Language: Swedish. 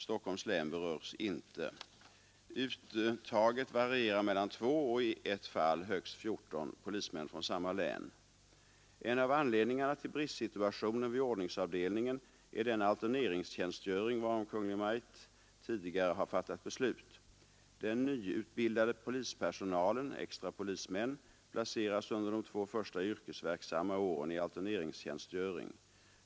Stockholms län berörs inte. Uttaget varierar mellan 2 och, i ett fall, högst 14 polismän från samma län. En av anledningarna till bristsituationen vid ordningsavdelningen är den alterneringstjänstgöring varom Kungl. Maj:t tidigare har fattat beslut. Den nyutbildade polispersonalen placeras under de två första yrkesverksamma åren i alterneringstjänstgöring.